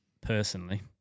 personally